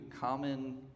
common